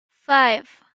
five